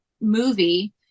movie